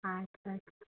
আচ্ছা আচ্ছা